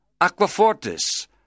aquafortis